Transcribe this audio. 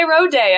rodeo